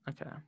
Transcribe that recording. Okay